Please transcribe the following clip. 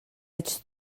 ets